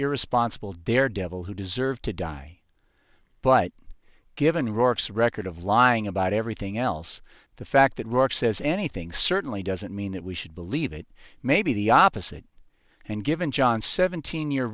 irresponsible daredevil who deserved to die but given rourke's record of lying about everything else the fact that rock says anything certainly doesn't mean that we should believe it may be the opposite and given john seventeen year